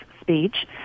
speech